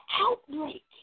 outbreak